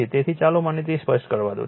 તેથી ચાલો મને તે સ્પષ્ટ કરવા દો